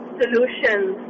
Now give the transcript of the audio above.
solutions